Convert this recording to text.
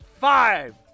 five